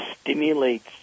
stimulates